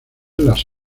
las